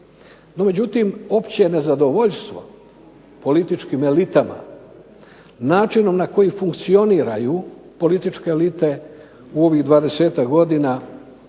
međutim, opće nezadovoljstvo političkim elitama, načinom na koji funkcioniraju političke elite u ovih dvadesetak godina